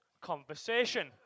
conversation